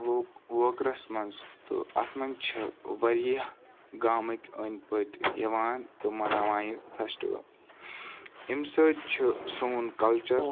ووکرَس مَنٛز تہٕ اَتھ مَنٛز چھُ واریاہ گامٕکۍ أند پٔتۍ یِوان تہٕ مَناوان یہِ فیٚسٹِول امہِ سۭتۍ چھُ سون یہِ کَلچَر